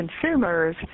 consumers